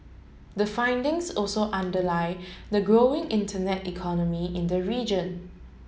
the findings also underlie the growing internet economy in the region